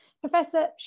Professor